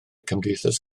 cymdeithas